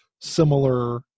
similar